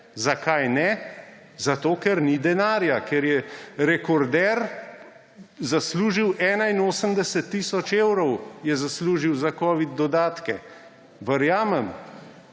Zakaj ne? Zato, ker ni denarja, ker je rekorder zaslužil 81 tisoč evrov za covid dodatke. Verjamem.